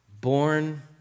born